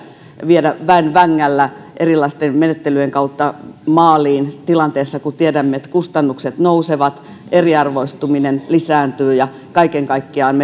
viedä väen vängällä erilaisten menettelyjen kautta maaliin tässä tilanteessa kun tiedämme että kustannukset nousevat eriarvoistuminen lisääntyy ja kaiken kaikkiaan